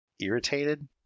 irritated